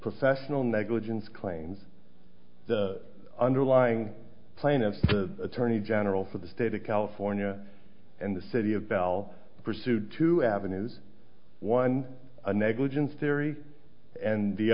professional negligence claims the underlying plaintiff's attorney general for the state of california and the city of bell pursued two avenues one negligence theory and the